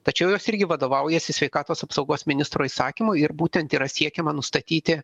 tačiau jos irgi vadovaujasi sveikatos apsaugos ministro įsakymu ir būtent yra siekiama nustatyti